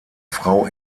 frau